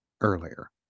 earlier